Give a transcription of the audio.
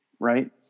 right